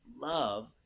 love